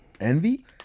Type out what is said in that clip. Envy